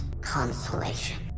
consolation